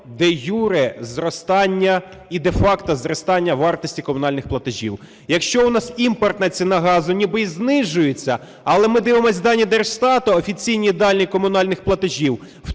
де-юре зростання і де-факто зростання вартості комунальних платежів. Якщо у нас імпортна ціна газу ніби і знижується, але ми дивимося дані Держстату, офіційні дані комунальних платежів: